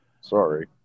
Sorry